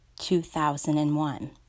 2001